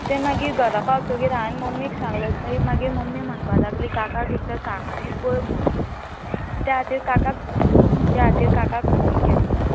तें मागीर घरा पावतगीर हांवेन मम्मीक सांगलें मागीर मम्मी म्हणपाक लागली काकाक एकदां सांग आनी पय म्हणून त्या खातीर काकाक त्या खातीर काकाक फोन केल्लो